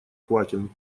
квакин